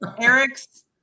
Eric's